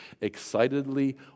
excitedly